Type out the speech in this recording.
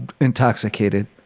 intoxicated